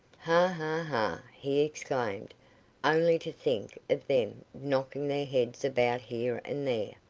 ha! ha! ha! he exclaimed only to think of them knocking their heads about here and there,